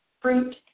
fruit